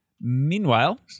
Meanwhile